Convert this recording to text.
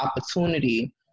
opportunity